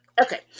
Okay